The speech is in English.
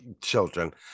children